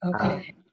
Okay